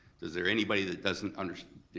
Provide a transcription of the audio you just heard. is there anybody that doesn't under,